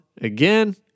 again